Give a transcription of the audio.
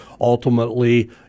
ultimately